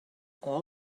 all